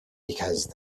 because